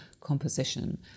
composition